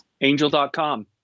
Angel.com